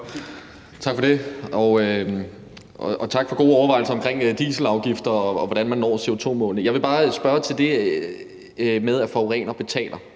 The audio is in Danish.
Tak for det. Og tak for gode overvejelser omkring dieselafgifter, og hvordan man når CO2-målene. Jeg vil bare spørge om det med, at forurener betaler.